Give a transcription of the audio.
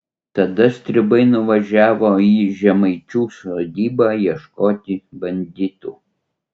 tada stribai nuvažiavo į žemaičių sodybą ieškoti banditų